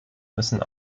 müssen